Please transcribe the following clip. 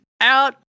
out